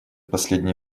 последний